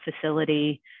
facility